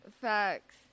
Facts